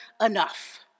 enough